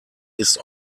ist